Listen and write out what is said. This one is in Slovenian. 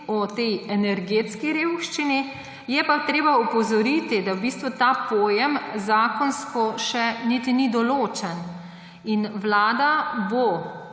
o tej energetski revščini, pa je treba opozoriti, da v bistvu ta pojem zakonsko še niti ni določen. Vlada bo